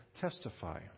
Testify